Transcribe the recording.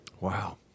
Wow